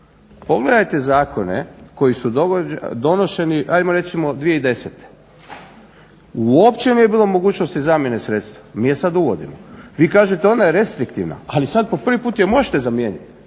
pogledajte zakone koji su donošeni ajmo reći 2010.uopće nije bilo mogućnosti zamjene sredstva, mi je sada uvodimo. Vi kažete ona je restriktivna ali sada je po prvi puta možete zamijeniti.